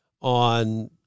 on